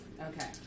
Okay